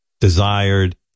desired